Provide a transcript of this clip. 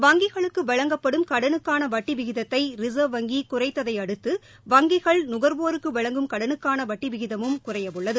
வங்கிகளுக்கு வழங்கப்படும் கடனுக்கான வட்டி விகிதத்தை ரிசர்வ் வங்கி குறைத்ததையடுத்து வங்கிகள் வாடிக்கையாளா்களுக்கு வழங்கும் கடனுக்கான வட்டி விகிதமும் குறையவுள்ளது